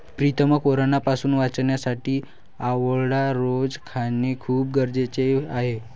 प्रीतम कोरोनापासून वाचण्यासाठी आवळा रोज खाणे खूप गरजेचे आहे